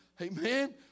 amen